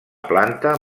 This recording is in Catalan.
planta